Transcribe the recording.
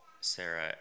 Sarah